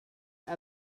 are